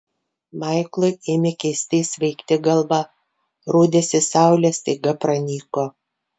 maiklui ėmė keistai svaigti galva rodėsi saulė staiga pranyko